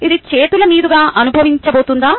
ఇది చేతుల మీదుగా అనుభవించబోతోందా